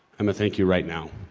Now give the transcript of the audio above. i'm gonna thank you right now,